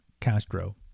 Castro